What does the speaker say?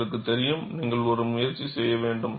உங்களுக்குத் தெரியும் நீங்கள் ஒரு முயற்சி செய்ய வேண்டும்